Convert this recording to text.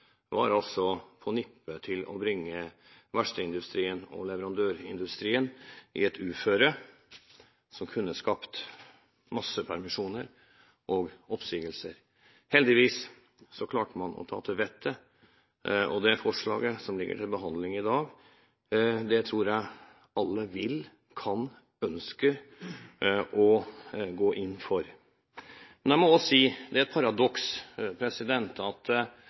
var på nippet til å bringe verftsindustrien og leverandørindustrien i et uføre som kunne skapt massepermisjoner og oppsigelser. Heldigvis klarte man å ta til vettet, og forslaget som ligger til behandling i dag, tror jeg alle vil, kan og ønsker å gå inn for. Men jeg må også si at her er det et paradoks. Vi vet at